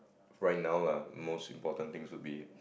right now lah most important things would be